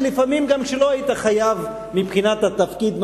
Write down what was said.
ולפעמים גם כשלא היית חייב מבחינת התפקיד,